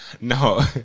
No